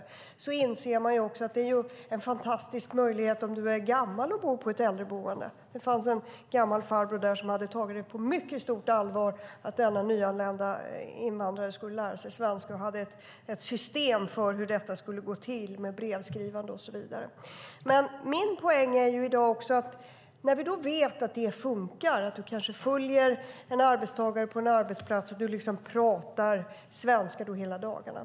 Man inser också att det är en fantastisk möjlighet för den som är gammal och bor på ett äldreboende. Det fanns en gammal farbror där som hade tagit det på mycket stort allvar att den nyanlända invandraren skulle lära sig svenska, och han hade ett system för hur detta skulle gå till med brevskrivande och så vidare. Vi vet att det funkar att man kanske följer en arbetstagare på en arbetsplats, och man pratar svenska hela dagarna.